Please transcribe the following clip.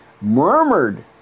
murmured